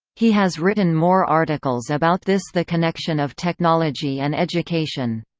he has written more articles about this the connection of technology and education.